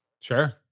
Sure